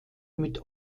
mit